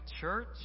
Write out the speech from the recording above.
church